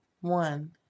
one